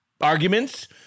arguments